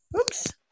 Oops